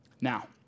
Now